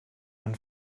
han